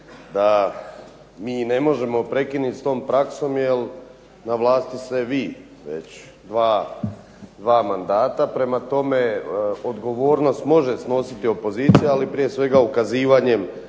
da mi ne možemo prekinuti s tom praksom jer na vlasti ste vi dva mandata. Prema tome, odgovornost može snositi opozicija, ali prije svega ukazivanjem